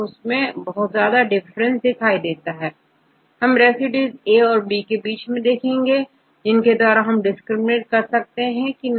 अब आप significant difference वाले रेसिड्यूज ए और बी के बीच में देखेंगे जिनके द्वारा हम डिस्क्रिमिनेट कर सकते हैं कि नहीं